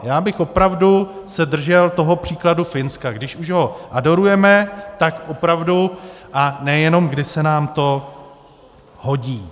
Já bych se opravdu držel toho příkladu Finska, když už ho adorujeme, tak opravdu, a ne jenom, kdy se nám to hodí.